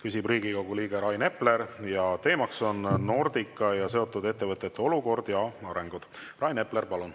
küsib Riigikogu liige Rain Epler, teema on Nordica ja seotud ettevõtete olukord ja arengud. Rain Epler, palun!